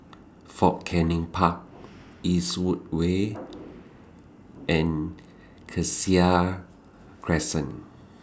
Fort Canning Park Eastwood Way and Cassia Crescent